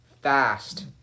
fast